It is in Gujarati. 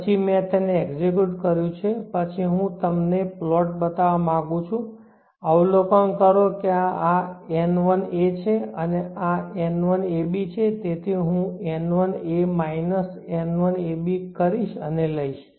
પછી મેં તેને એક્ઝેક્યુટ કર્યું છે પછી હું તમને પ્લોટબતાવવા માંગું છું અવલોકન કરો કે આ nlA છે અને આ nlAb છે તેથી હું nlA માઇનસ nlAb કરીશ અને લઈશ